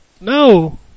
No